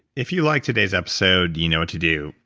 if you liked today's episode, you know what to do.